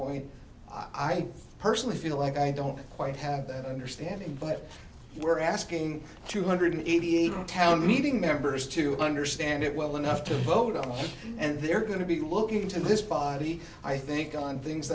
point i personally feel like i don't quite have that understanding but we're asking two hundred eighty eight town meeting members to understand it well enough to vote on it and they're going to be looking to this body i think on things